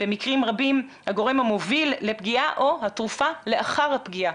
במקרים רבים הגורם המוביל לפגיעה או התרופה לאחר הפגיעה,